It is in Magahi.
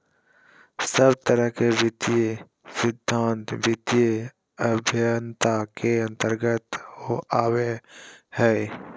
सब तरह के वित्तीय सिद्धान्त वित्तीय अभयन्ता के अन्तर्गत आवो हय